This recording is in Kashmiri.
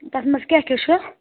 تَتھ منٛز کیٛاہ کیٛاہ چھُ